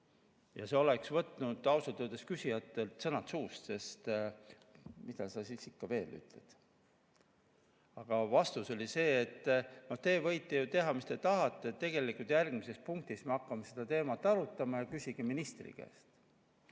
See oleks võtnud ausalt öeldes küsijatel sõnad suust, sest mida sa siis ikka veel ütled. Aga vastus oli see, et no te ju võite teha, mis te tahate, tegelikult järgmises punktis me hakkame seda teemat arutama ja siis küsige ministri käest.